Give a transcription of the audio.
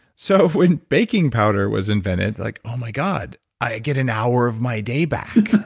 so when baking powder was invented, like oh my god i get an hour of my day back.